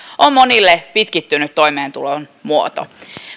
on monille pitkittynyt toimeentulon muoto